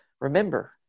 Remember